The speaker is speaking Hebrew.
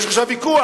יש עכשיו ויכוח